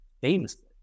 famously